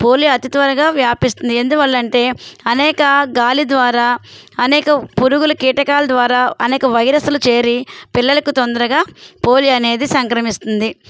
polio అతి త్వరగా వ్యాపిస్తుంది ఎందువల్ల అంటే అనేక గాలి ద్వారా అనేక పురుగులు కీటకాలు ద్వారా అనేక వైరస్సులు చేరి పిల్లలకు తొందరగా పోలియో అనేది సంక్రమిస్తుంది